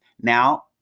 Now